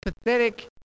pathetic